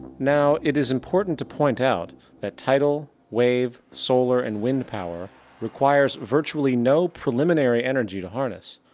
now, it is important to point out that tidal, wave, solar and wind power requires virtually no preliminary energy to harness,